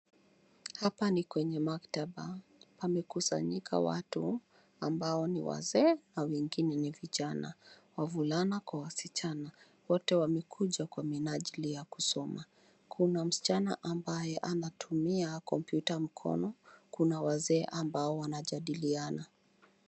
Hapa ni kwenye maktaba. Pamekusanyika watu ambao ni wazee na wengine ni vijana; wavulana kwa wasichana. Wote wamekuja kwa minajili ya kusoma. Kuna mschana ambaye anatumia kompyuta mkono. Kuna wazee ambao wanajadiliana.